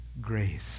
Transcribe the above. grace